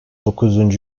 dokuz